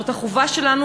זו החובה שלנו